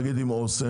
נגיד עם אסם,